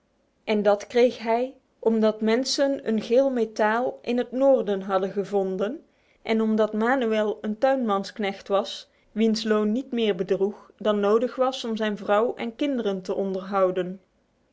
en dat kreeg hij omdat mensen een geel metaal in het noorden hadden gevonden en omdat manuel een tuinmansknecht was wiens loon niet meer bedroeg dan nodig was om zijn vrouw en kinderen te onderhouden